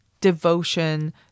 devotion